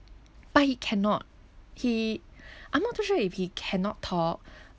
but he cannot he I'm not too sure if he cannot talk